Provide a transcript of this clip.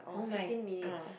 oh-my ah